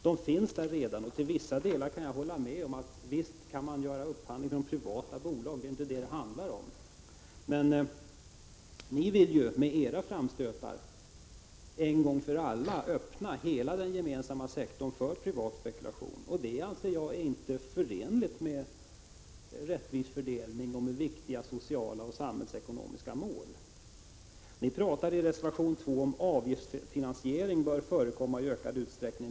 De finns där redan, och till vissa delar kan jag hålla med om att upphandling kan ske från privata bolag, men det är inte detta det handlar om. Ni vill ju med era framstötar en gång för alla öppna hela den gemensamma sektorn för privat spekulation. Det anser jag inte vara förenligt med en rättvis fördelning och med viktiga sociala och samhällsekonomiska mål. Ni talar i reservation 2 om att avgiftsfinansiering bör förekomma i ökad utsträckning.